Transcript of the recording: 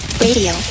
radio